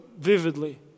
vividly